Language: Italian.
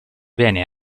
viene